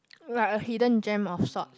like a hidden gem of salt